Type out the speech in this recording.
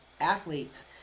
athletes